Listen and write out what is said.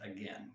again